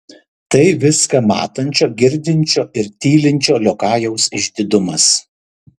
tai viską matančio girdinčio ir tylinčio liokajaus išdidumas